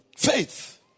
Faith